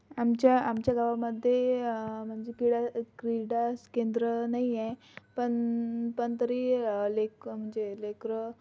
आमच्या आमच्या गावामध्ये म्हणजे कीडा क्रीडा स केंद्र नाही आहे पण पण तरी लेक म्हणजे लेकरं